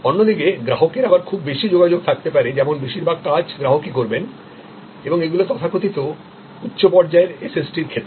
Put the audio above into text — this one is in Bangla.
অন্যদিকে গ্রাহকের আবার খুব বেশি যোগাযোগ থাকতে পারে যেখানে বেশিরভাগ কাজ গ্রাহকই করবেন এবং এগুলি তথাকথিত উচ্চপর্যায়ের SST র ক্ষেত্র